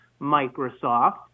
Microsoft